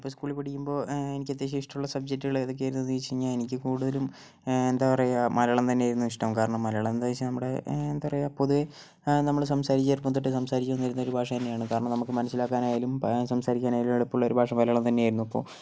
ഞാൻ ഇപ്പോൾ സ്കൂളിൽ പഠിക്കുമ്പോൾ എനിക്ക് അത്യാവശ്യം ഇഷ്ടമുള്ള സബ്ജക്റ്റുകൾ എന്തൊക്കെയായിരുന്നു എന്ന് ചോദിച്ച് കഴിഞ്ഞാൽ എനിക്ക് കൂടുതലും എന്താ പറയുക മലയാളം തന്നെയായിരുന്നു ഇഷ്ടം കാരണം മലയാളം എന്തെന്ന് വെച്ചാൽ നമ്മുടെ എന്താ പറയുക പൊതുവെ നമ്മൾ സംസാരിക്കുന്നത് ചെറുപ്പം തൊട്ട് സംസാരിച്ച് വരുന്ന ഒരു ഭാഷതന്നെയാണ് കാരണം നമുക്ക് മനസിലാക്കാനായാലും സംസാരിക്കാനായാലും എളുപ്പമുള്ള ഒരു ഭാഷ മലയാളം തന്നെയായിരുന്നു അപ്പോൾ